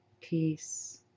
peace